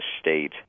state